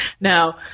Now